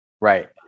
Right